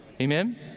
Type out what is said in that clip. Amen